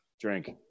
drink